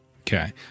Okay